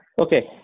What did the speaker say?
okay